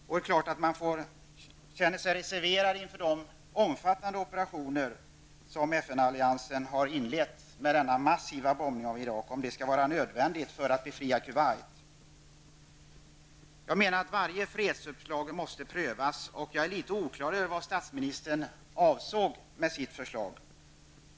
Det är klart att man känner sig reserverad inför de omfattande operationer som FN-alliansen har inlett med denna massiva bombning av Irak. Man frågar sig om detta skall vara nödvändigt för att befria Varje fredsuppslag måste enligt min mening prövas, och jag är litet oklar över vad statsministern avsåg med sitt förslag.